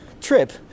trip